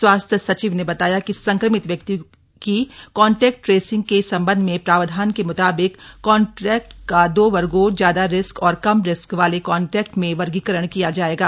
स्वास्थ्य सचिव ने बताया कि संक्रमित व्यक्ति की कॉन्टेक्ट ट्रेसिंग के संबंध में प्रावधान के म्ताबिक कॉन्टेक्ट का दो वर्गों ज्यादा रिस्क और कम रिस्क वाले कान्टेक्ट में वर्गीकरण किया जाएगा